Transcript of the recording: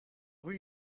would